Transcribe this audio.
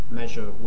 measure